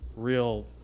real